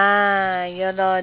ah you can try also